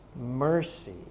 mercy